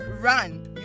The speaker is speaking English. run